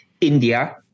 India